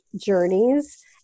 journeys